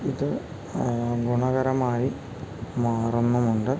ഇത് ഗുണകരമായി മാറുന്നുമുണ്ട്